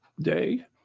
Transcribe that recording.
day